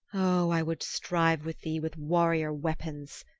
oh, i would strive with thee with warrior-weapons,